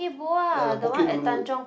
ya the Poke-Lulu